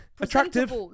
attractive